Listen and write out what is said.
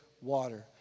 water